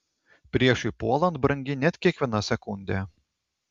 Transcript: priešui puolant brangi net kiekviena sekundė